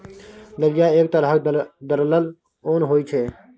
दलिया एक तरहक दरलल ओन होइ छै